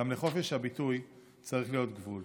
גם לחופש הביטוי צריך להיות גבול.